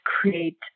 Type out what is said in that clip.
create